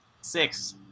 six